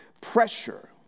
pressure